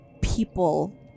people